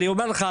אני אומר לך,